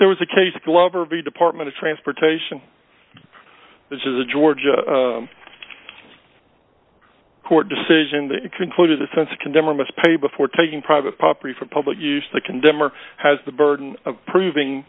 there was a case glover v department of transportation which is a georgia court decision that concluded the sense of condemning must pay before taking private property for public use to condemn or has the burden of proving